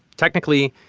technically,